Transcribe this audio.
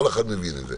כל אחד מבין את זה